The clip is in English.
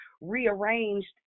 rearranged